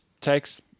takes